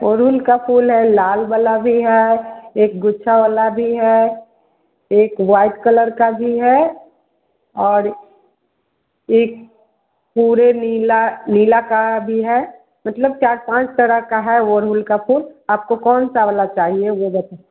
उरहुल फूल है लाल वाला भी है एक गुच्छा वाला भी है एक वाइट कलर का भी है और एक पूरा नीला नीला का भी है मतलब चार पाँच तरह का है वह अरहुल फूल आपको कौन सा वाला चाहिए वह बता